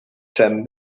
czem